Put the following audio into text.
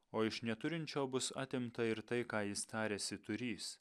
o iš neturinčio bus atimta ir tai ką jis tarėsi turis